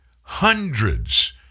hundreds